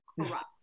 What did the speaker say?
corrupt